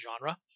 genre